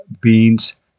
beans